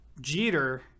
Jeter